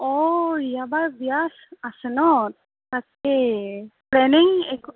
অঁ হিয়া বাৰ বিয়া আছে আছে ন তাকেই প্লেনিং একো